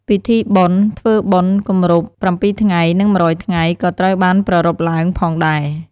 ពិធីបុណ្យធ្វើបុណ្យគម្រប់ ៧ថ្ងៃ និង ១០០ថ្ងៃ ក៏ត្រូវបានប្រារព្ធឡើងផងដែរ។